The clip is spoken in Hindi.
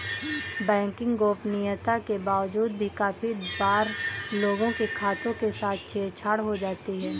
बैंकिंग गोपनीयता के बावजूद भी काफी बार लोगों के खातों के साथ छेड़ छाड़ हो जाती है